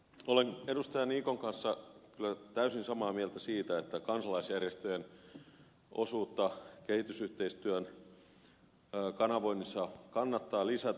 olen edustaja niikon kanssa kyllä täysin samaa mieltä siitä että kansalaisjärjestöjen osuutta kehitysyhteistyön kanavoinnissa kannattaa lisätä